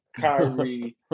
Kyrie